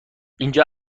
اینجا